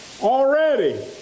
already